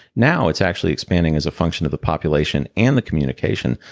now it's actually expanding as a function of the population and the communication,